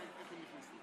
הייתה